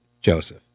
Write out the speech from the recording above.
Joseph